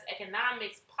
economics